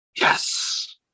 yes